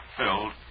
filled